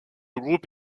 groupe